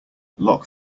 lock